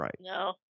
No